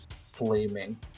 flaming